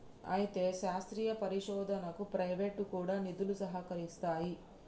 అయితే శాస్త్రీయ పరిశోధనకు ప్రైవేటు కూడా నిధులు సహకరిస్తాయి